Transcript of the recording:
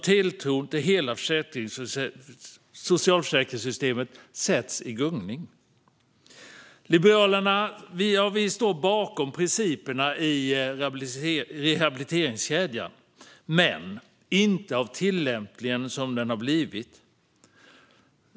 Tilltron till hela socialförsäkringssystemet sätts i gungning. Liberalerna står bakom principerna i rehabiliteringskedjan, men inte bakom tillämpningen så som den har blivit.